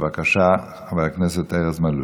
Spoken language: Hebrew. בבקשה, חבר הכנסת ארז מלול.